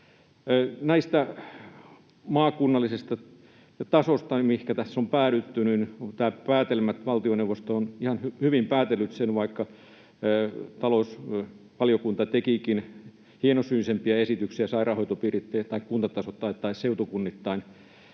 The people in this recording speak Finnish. Tästä maakunnallisesta tasosta, mihinkä tässä on päädytty: Valtioneuvosto on ihan hyvin päätellyt sen, vaikka talousvaliokunta tekikin hienosyisempiä esityksiä sairaanhoitopiireittäin tai kuntatasoittain tai seutukunnittain.